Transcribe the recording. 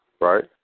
right